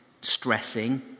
stressing